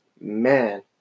man